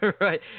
right